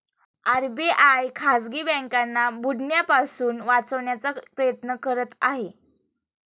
RBI खाजगी बँकांना बुडण्यापासून वाचवण्याचा प्रयत्न करत आहे